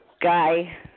guy